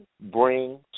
bring